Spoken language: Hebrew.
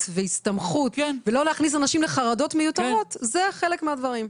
והסתמכות ולא להכניס אנשים לחרדות מיותרות זה חלק מהדברים.